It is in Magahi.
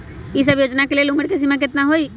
ई सब योजना के लेल उमर के सीमा केतना हई?